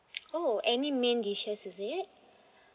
oh any main dishes is it